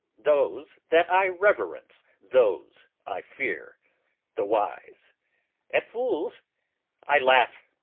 those that i reverence, those i fear the wise at fools i laugh,